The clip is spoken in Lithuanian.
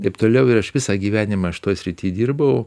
taip toliau ir aš visą gyvenimą aš toj srityj dirbau